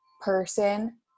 person